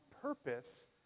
purpose